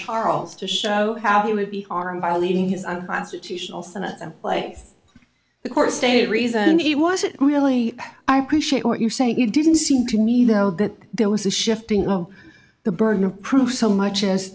charles to show how he would be harmed by leaving his situation also like the court stated reason he wasn't really i appreciate what you're saying you didn't seem to me though that there was a shifting of the burden of proof so much as